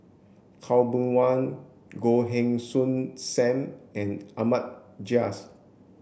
Khaw Boon Wan Goh Heng Soon Sam and Ahmad Jais